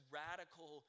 radical